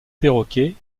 perroquets